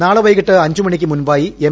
നാളെ വൈകിട്ട് അഞ്ച് മണിക്ക് മുമ്പായി എം